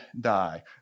die